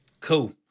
Cool